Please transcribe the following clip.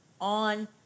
on